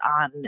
on